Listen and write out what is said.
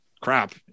crap